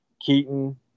Keaton